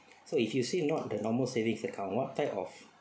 so if you say not the normal savings account what type of